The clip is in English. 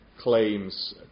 Claims